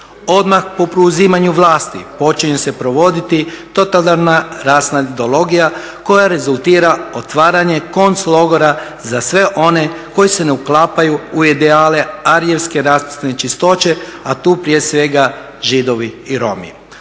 Odmah po preuzimanju vlasti počinje se provoditi totalarna rasna ideologija koja rezultira otvaranje konc logora za sve one koji se ne uklapaju u ideale arijevske rasne čistoće a tu prije svega Židovi i Romi.